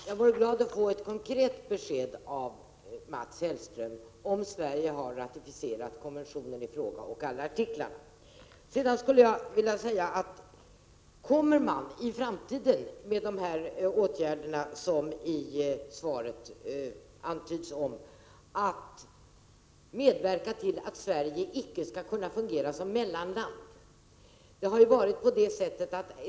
Herr talman! Jag skulle bli glad om jag kunde få ett konkret besked av Mats Hellström om Sverige har ratificerat konventionen i fråga och alla artiklar. Kommer man i framtiden, med de åtgärder som antyds i svaret, att medverka till att Sverige icke skall kunna fungera som mellanland?